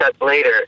later